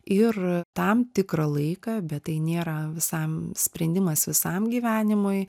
ir tam tikrą laiką bet tai nėra visam sprendimas visam gyvenimui